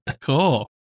cool